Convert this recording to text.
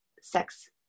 sex